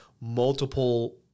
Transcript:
multiple